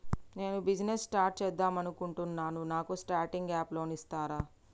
నేను business start చేద్దామనుకుంటున్నాను నాకు స్టార్టింగ్ అప్ లోన్ ఇస్తారా?